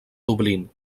dublín